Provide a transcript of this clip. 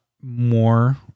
more